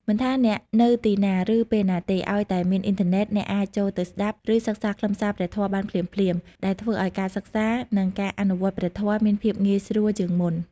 មិនថាអ្នកនៅទីណា ឬពេលណាទេ ឱ្យតែមានអ៊ីនធឺណិត អ្នកអាចចូលទៅស្តាប់ ឬសិក្សាខ្លឹមសារព្រះធម៌បានភ្លាមៗ ដែលធ្វើឱ្យការសិក្សា និងការអនុវត្តព្រះធម៌មានភាពងាយស្រួលជាងមុន។